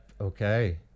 Okay